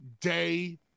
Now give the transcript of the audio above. day